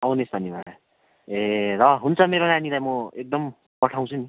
आउने शनिबार ए ल हुन्छ मेरो नानीलाई म एकदम पठाउँछु नि